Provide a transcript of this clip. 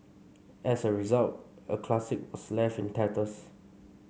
as a result a classic was left in tatters